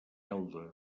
elda